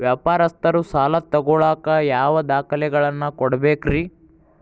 ವ್ಯಾಪಾರಸ್ಥರು ಸಾಲ ತಗೋಳಾಕ್ ಯಾವ ದಾಖಲೆಗಳನ್ನ ಕೊಡಬೇಕ್ರಿ?